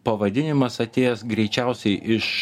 pavadinimas atėjęs greičiausiai iš